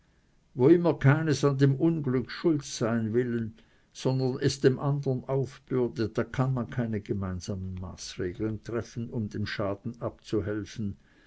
wo immer keines an dem unglück schuld sein will sondern es dem andern aufbürdet da kann man keine gemeinsame maßregeln treffen um dem schaden abzuhelfen